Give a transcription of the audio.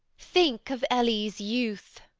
think of ellie's youth!